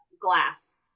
glass